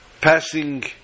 passing